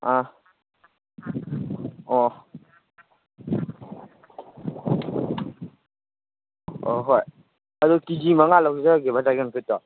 ꯑꯥ ꯑꯣ ꯑꯣ ꯍꯣꯏ ꯑꯗꯨ ꯀꯦ ꯖꯤ ꯃꯉꯥ ꯂꯧꯖꯔꯒꯦꯕ ꯗ꯭ꯔꯦꯒꯟ ꯐ꯭ꯔꯨꯏꯠꯇꯣ